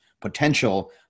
potential